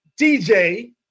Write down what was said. DJ